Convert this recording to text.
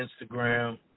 Instagram